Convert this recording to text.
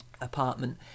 apartment